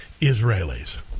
Israelis